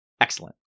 excellent